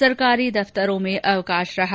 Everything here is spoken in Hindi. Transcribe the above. सरकारी दफ्तरों में अवकाश रहा